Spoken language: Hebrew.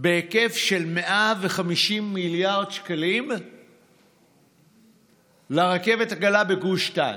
בהיקף של 150 מיליארד שקלים לרכבת הקלה בגוש דן.